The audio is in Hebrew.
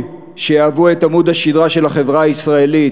שיהוו את עמוד השדרה של החברה הישראלית: